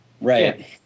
Right